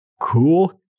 cool